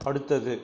அடுத்தது